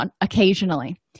occasionally